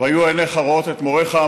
"והיו עיניך ראות את מוריך",